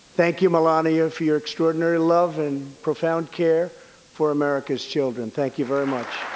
thank you, melania, for your extraordinary love and profound care for america's children. thank you very much.